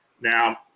Now